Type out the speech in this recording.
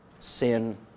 sin